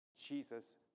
Jesus